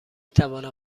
توانم